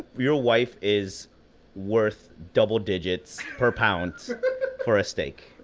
your wife is worth double digits per pound for a steak.